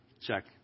check